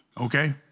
okay